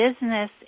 business